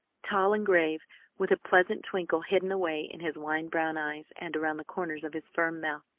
tall and grave with a pleasant twinkle hidden away in his wine-brown eyes and around the corners of his firm mouth.